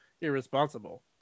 irresponsible